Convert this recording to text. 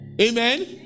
Amen